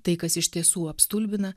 tai kas iš tiesų apstulbina